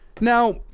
Now